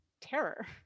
terror